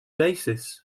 basis